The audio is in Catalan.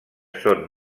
són